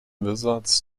wizards